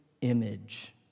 image